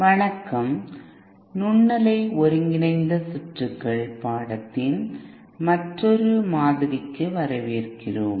வணக்கம் நுண்ணலை ஒருங்கிணைந்த சுற்றுகள் பாடத்தின் மற்றொரு மாதிரிக்கு வரவேற்கிறோம்